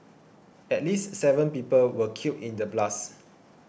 at least seven people were killed in the blasts